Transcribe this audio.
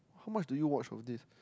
how much do you watch on these